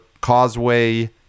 Causeway